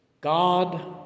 God